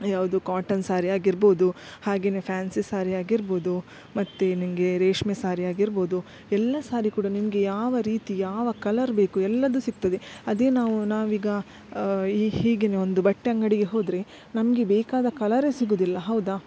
ಯಾವುದು ಕಾಟನ್ ಸಾರಿ ಆಗಿರ್ಬೋದು ಹಾಗೇ ಫ್ಯಾನ್ಸಿ ಸಾರಿ ಆಗಿರ್ಬೋದು ಮತ್ತು ನಿಂಗೆ ರೇಷ್ಮೆ ಸಾರಿ ಆಗಿರ್ಬೋದು ಎಲ್ಲಾ ಸಾರಿ ಕೂಡ ನಿಮಗೆ ಯಾವ ರೀತಿ ಯಾವ ಕಲರ್ ಬೇಕು ಎಲ್ಲದೂ ಸಿಗ್ತದೆ ಅದೇ ನಾವು ನಾವೀಗ ಈ ಈಗಿನ ಒಂದು ಬಟ್ಟೆ ಅಂಗಡಿಗೆ ಹೋದರೆ ನಮಗೆ ಬೇಕಾದ ಕಲರೇ ಸಿಗೋದಿಲ್ಲ ಹೌದಾ